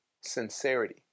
sincerity